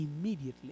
immediately